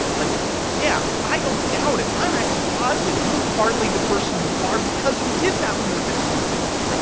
like yeah, i don't doubt it. i'm actually positive. you're partly the person you are because you did that when you're fifteen and sixteen.